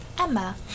Emma